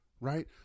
right